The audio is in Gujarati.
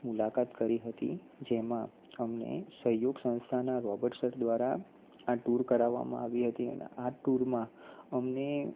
મુલાકાત કરી હતી જેમાં અમને સહયોગ સંસ્થાના રોબર્ટ સર દ્વારા આ ટૂર કરવામાં આવી હતી અને આ ટૂરમાં અમને